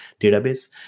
database